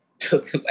took